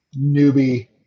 newbie